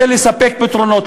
זה לספק פתרונות,